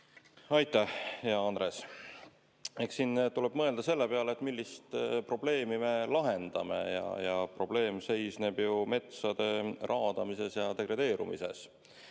Aitäh, hea Andres! Eks siin tuleb mõelda selle peale, millist probleemi me lahendame. Probleem seisneb ju metsade raadamises ja degradeerumises.